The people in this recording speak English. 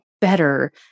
better